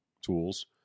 tools